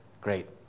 Great